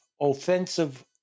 offensive